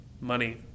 money